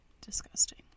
Disgusting